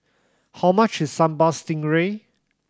how much is Sambal Stingray